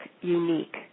unique